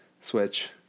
switch